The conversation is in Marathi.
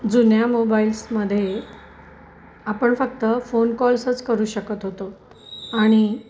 जुन्या मोबाईल्समध्ये आपण फक्त फोन कॉल्सच करू शकत होतो आणि